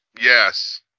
Yes